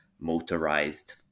motorized